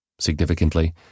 Significantly